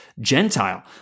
Gentile